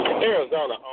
Arizona